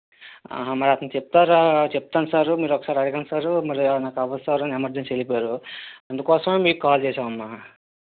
ఆహా మరి అతను చెప్తారా చెప్తాను సారు మీరు ఒకసారి అడగండి సారు మళ్ళీ నాకు అవ్వదు సారు ఎమర్జెన్సీ వెళ్ళిపోయారు అందుకోసం మీకు కాల్ చేసాము అమ్మా